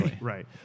Right